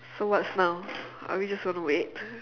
so what's now are we just going to wait